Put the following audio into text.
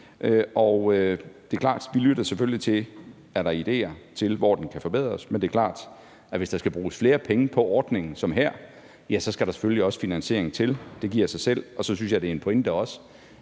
Det er klart, at vi selvfølgelig lytter til, om der er idéer til, hvor den kan forbedres. Men det er klart, at hvis der skal bruges flere penge på ordningen som her, skal der selvfølgelig også en finansiering til. Det giver sig selv, og så synes jeg også, det er en pointe, når